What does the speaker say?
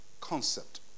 concept